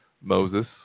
Moses